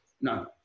No